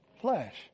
flesh